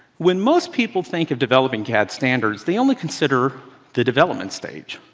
when most people think of developing cad standards, they only consider the development stage.